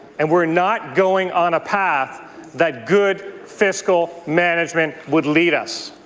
and we're not going on a path that good fiscal management would lead us.